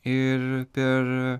ir per